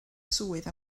swydd